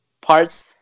parts